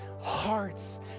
hearts